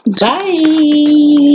Bye